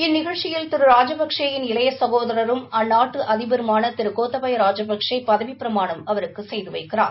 இந்நிகழ்ச்யில் திரு ராஜபக்ஷே யின் இளைய சகோதரரும் அந்நாட்டு அதிபருமான திரு கோத்தபையா ராஜபக்ஷே பதவிப்பிரமாணம் செய்து வைக்கிறார்